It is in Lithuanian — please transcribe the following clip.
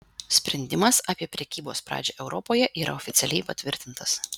sprendimas apie prekybos pradžią europoje yra oficialiai patvirtintas